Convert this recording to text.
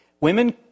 women